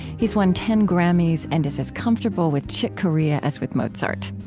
he's won ten grammys and is as comfortable with chick corea as with mozart.